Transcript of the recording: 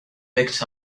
picked